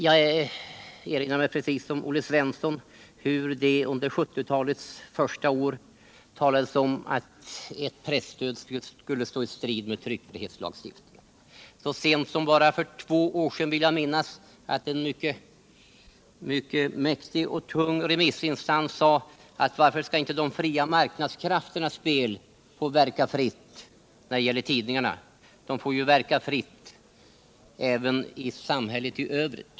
Jag erinrar mig, precis som Olle Svensson, hur det under 1970-talets första år talades om att ett presstöd skulle stå i strid med tryckfrihetslagstiftningen. Så sent som för två år sedan, vill jag minnas, sade en mycket mäktig remissinstans: Varför skall inte de fria marknadskrafterna få verka fritt när det gäller tidningarna som i samhället i övrigt?